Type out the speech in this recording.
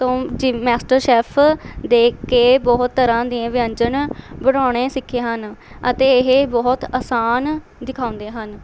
ਤੋਂ ਜਿਵ MasterChef ਦੇਖ ਕੇ ਬਹੁਤ ਤਰ੍ਹਾਂ ਦੇ ਵਿਅੰਜਨ ਬਣਾਉਣੇ ਸਿੱਖੇ ਹਨ ਅਤੇ ਇਹ ਬਹੁਤ ਆਸਾਨ ਦਿਖਾਉਂਦੇ ਹਨ